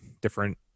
different